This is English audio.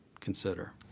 consider